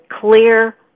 clear